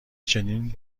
چنین